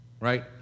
right